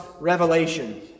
revelation